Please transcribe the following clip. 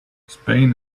spain